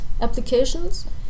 applications